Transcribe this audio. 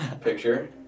picture